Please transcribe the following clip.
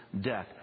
death